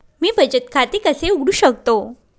मी बचत खाते कसे उघडू शकतो?